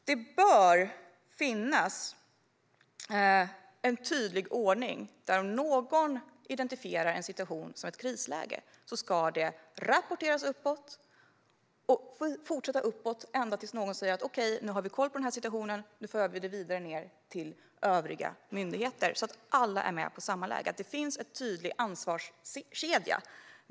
Det bör finnas en tydlig ordning där en situation som identifieras som ett krisläge ska rapporteras uppåt och fortsätta uppåt ända tills någon säger: Okej, nu har vi koll på den här situationen och för det vidare ned till övriga myndigheter. Då kan alla vara med på samma läge och det finns en tydlig ansvarskedja.